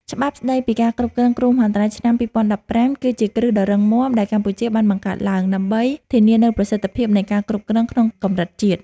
ច្បាប់ស្តីពីការគ្រប់គ្រងគ្រោះមហន្តរាយឆ្នាំ ២០១៥ គឺជាគ្រឹះដ៏រឹងមាំដែលកម្ពុជាបានបង្កើតឡើង ដើម្បីធានានូវប្រសិទ្ធភាពនៃការគ្រប់គ្រងក្នុងកម្រិតជាតិ។